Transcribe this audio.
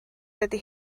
dydy